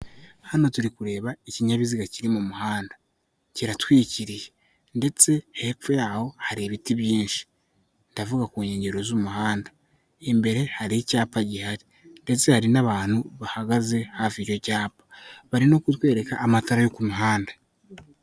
Hano turi kureba ikinyabiziga kiri mu muhanda, kiratwikiriye ndetse hepfo yaho hari ibiti byinshi ndavuga ku nkengero z'umuhanda, imbere hari icyapa gihari ndetse hari n'abantu bahagaze hafi y'icyo cyapa, bari no kutwereka amatara yo ku mihanda.